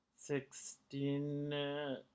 Sixteen